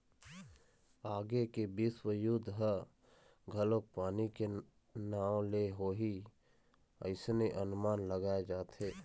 आगे के बिस्व युद्ध ह घलोक पानी के नांव ले होही अइसने अनमान लगाय जाथे